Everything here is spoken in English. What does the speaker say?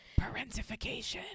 Parentification